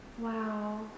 Wow